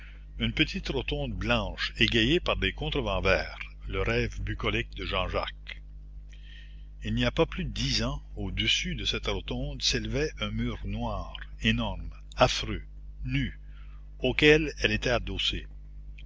une petite rotonde blanche égayée par des contrevents verts le rêve bucolique de jean-jacques il n'y a pas plus de dix ans au-dessus de cette rotonde s'élevait un mur noir énorme affreux nu auquel elle était adossée